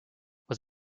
was